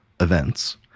events